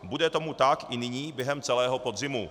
Bude tomu tak i nyní během celého podzimu.